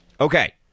Okay